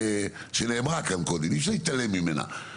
אי-אפשר להתעלם ממנה.